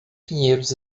pinheiros